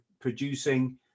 producing